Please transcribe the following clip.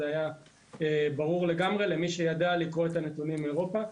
זה היה ברור לגמרי למי שידע לקרוא את הנתונים מאירופה.